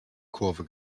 kurve